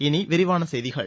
இனி விரிவான செய்திகள்